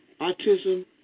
Autism